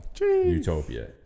Utopia